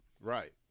Right